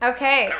Okay